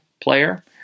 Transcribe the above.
player